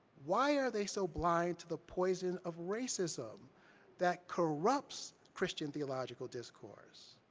why are they so blind to the poison of racism that corrupts christian theological discourse?